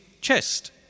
chest